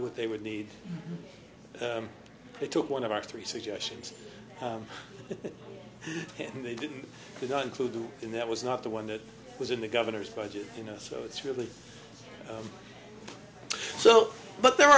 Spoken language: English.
with they would need they took one of our three suggestions and they didn't do not include in that was not the one that was in the governor's budget you know so it's really so but there